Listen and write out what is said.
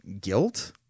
guilt